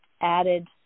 added